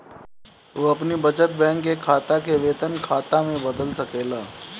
तू अपनी बचत बैंक के खाता के वेतन खाता में बदल सकेला